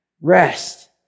rest